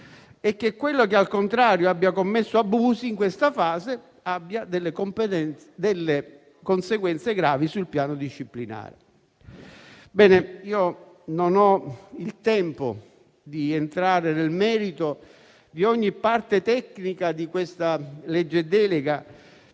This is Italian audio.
e che quello che, al contrario, abbia commesso abusi in questa fase abbia conseguenze gravi sul piano disciplinare. Non ho il tempo di entrare nel merito di ogni parte tecnica della legge delega,